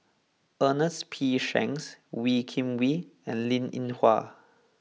Ernest P Shanks Wee Kim Wee and Linn In Hua